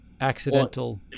accidental